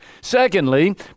Secondly